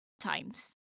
times